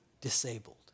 disabled